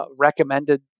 Recommended